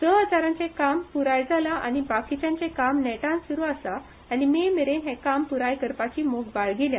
स हजारांचे काम प्राय जालां आऩी बाकीच्यांचें नेटान सुरू आसा आनी मे मेरेन हैं काम प्राय करपाची मोख बाळगिल्या